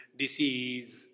disease